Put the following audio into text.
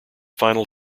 final